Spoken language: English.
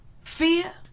fear